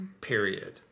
Period